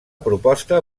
proposta